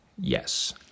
Yes